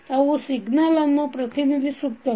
ಅವು ಸಿಗ್ನಲ್ ಅನ್ನು ಪ್ರತಿನಿಧಿಸುತ್ತವೆ